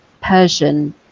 persian